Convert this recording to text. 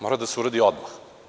Mora da se uradi odmah.